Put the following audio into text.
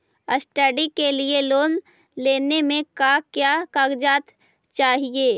Study के लिये loan लेने मे का क्या कागजात चहोये?